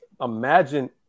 imagine